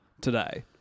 today